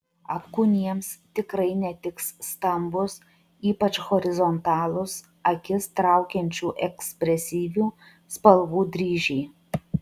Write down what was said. apkūniems tikrai netiks stambūs ypač horizontalūs akis traukiančių ekspresyvių spalvų dryžiai